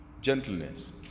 Gentleness